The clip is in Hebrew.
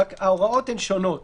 רק ההוראות הן שונות.